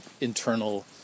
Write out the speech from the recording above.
internal